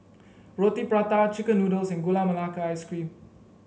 Roti Prata chicken noodles and Gula Melaka Ice Cream